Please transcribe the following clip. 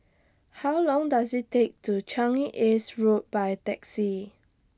How Long Does IT Take to Changi East Road By Taxi